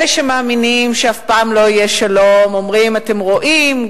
אלה שמאמינים שאף פעם לא יהיה שלום אומרים: אתם רואים,